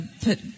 put